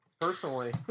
personally